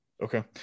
Okay